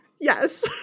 Yes